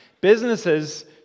Businesses